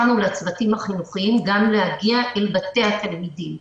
גם להגיע אל בתי התלמידים.